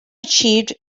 achieved